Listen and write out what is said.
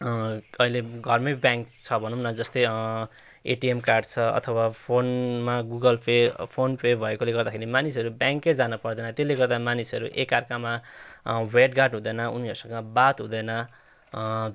अहिले घरमै ब्याङ्क छ भनौँ न जस्तै एटिएम कार्ड छ अथवा फोनमा गुगल पे फोन पे भएकोले गर्दाखेरि मानिसहरू ब्याङ्कै जान पर्दैन त्यसले गर्दा मानिसहरू एकाअर्कामा भेटघाट हुँदैन उनीहरूसँग बात हुँदैन